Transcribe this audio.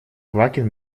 квакин